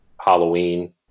Halloween